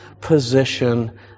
position